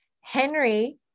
Henry